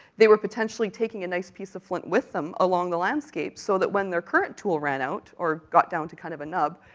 they were potentially taking a nice piece of flint with them, along the landscape, so that when their current tool ran out, or got down to kind of a nub,